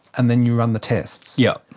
and then you run the tests? yes.